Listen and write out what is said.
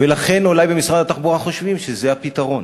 לכן אולי במשרד התחבורה חושבים שזה הפתרון.